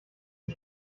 die